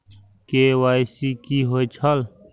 KYC कि होई छल?